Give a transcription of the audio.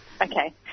Okay